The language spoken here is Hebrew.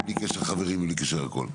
ובלי קשר חברים ובלי קשר להכול.